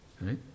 Right